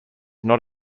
not